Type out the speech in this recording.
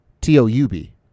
T-O-U-B